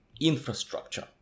infrastructure